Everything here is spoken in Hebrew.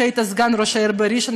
כשהיית סגן ראש העיר בראשון.